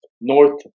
north